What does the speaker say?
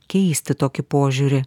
keisti tokį požiūrį